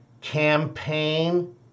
campaign